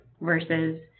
versus